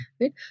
right